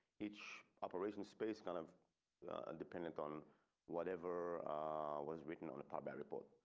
each operation space kind of and dependent on whatever was written on a part by report.